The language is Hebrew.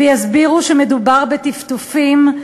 ויסבירו שמדובר בטפטופים.